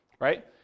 right